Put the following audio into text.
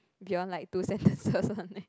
beyond like two sentences or something